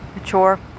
mature